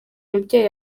mubyeyi